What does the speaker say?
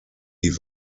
die